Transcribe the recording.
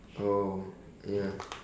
oh ya